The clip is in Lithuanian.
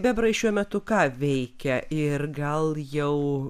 bebrai šiuo metu ką veikia ir gal jau